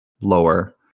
lower